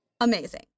amazing